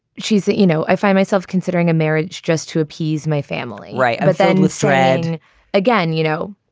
she's the you know, i find myself considering a marriage just to appease my family. right. but then with fred again, you know,